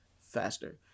faster